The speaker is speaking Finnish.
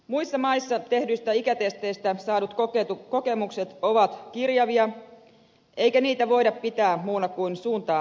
muissa maissa tehdyistä ikätesteistä saadut kokemukset ovat kirjavia eikä niitä voida pitää muuna kuin suuntaa antavina